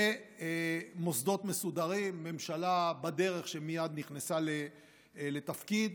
מוסדות מסודרים, ממשלה בדרך שמייד נכנסה לתפקיד,